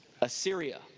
Assyria